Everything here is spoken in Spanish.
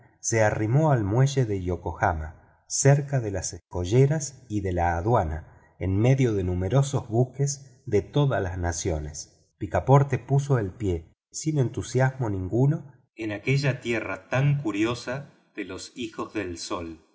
se arrimó al muelle de yokohama cerca de las escolleras y de la aduana en medio de numerosos buques de todas las naciones picaporte puso el pie sin entusiasmo ninguno en aquella tierra tan curiosa de los hijos del sol